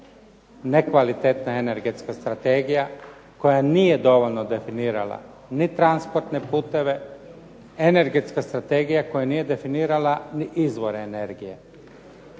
Nekvalitetna energetska strategija koja nije dovoljno definirala ni transportne puteve, energetska strategija koja nije definirala ni izvore energije